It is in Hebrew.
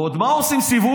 ועוד על מה עושים סיבוב?